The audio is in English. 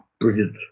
brilliant